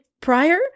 prior